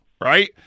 right